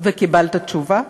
וקיבלת תשובה?